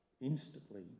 instantly